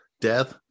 death